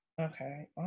Okay